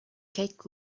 cake